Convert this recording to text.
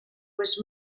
was